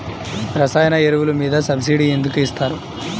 రసాయన ఎరువులు మీద సబ్సిడీ ఎందుకు ఇస్తారు?